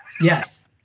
Yes